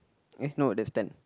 eh no that's ten